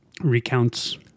recounts